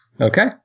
Okay